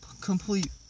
complete